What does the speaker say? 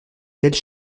belles